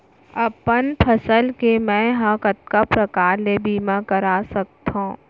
अपन फसल के मै ह कतका प्रकार ले बीमा करा सकथो?